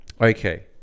okay